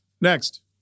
Next